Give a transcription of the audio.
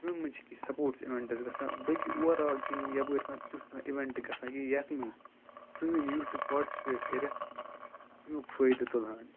تِمَن مَنٛز چھِ کینٛہہ سَپوٹٕس اِویٚنٛٹٕس گژھان بٲقی اوٚوَرآل چھِنہٕ یَپٲرۍ کانٛہہ تیُتھ کانٛہہ اِویٚنٛٹ گژھان کینٛہہ یَتھ منٛز سٲنۍ یوٗتھٕس پاٹسِپیٹ کٔرِتھ اَمیُک فٲیدٕ تُلہن